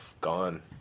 gone